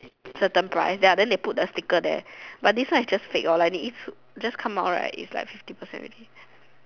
certain price ya then they put the stick there but is one is just fake lor like 你一次 just come out right then is fifty percent already